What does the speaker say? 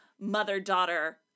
mother-daughter